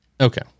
Okay